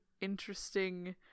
interesting